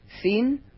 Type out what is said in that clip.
seen